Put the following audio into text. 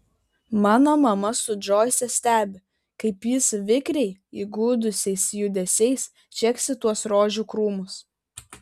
mano mama su džoise stebi kaip jis vikriai įgudusiais judesiais čeksi tuos rožių krūmus